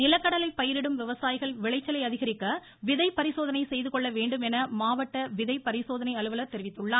சிவகங்கை மாவட்டத்தில் நிலக்கடலை பயிரிடும் விவசாயிகள் விளைச்சலை அதிகரிக்க விதை பரிசோதனை செய்து கொள்ள வேண்டும் என மாவட்ட விதை பரிசோதனை அலுவலர் தெரிவித்துள்ளார்